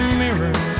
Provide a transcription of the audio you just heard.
mirror